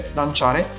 lanciare